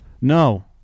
No